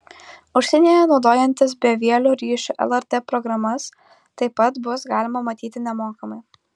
užsienyje naudojantis bevieliu ryšiu lrt programas taip pat bus galima matyti nemokamai